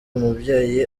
umubyeyi